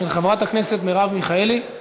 של חברת הכנסת מרב מיכאלי.